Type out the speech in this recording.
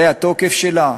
זה התוקף שלה?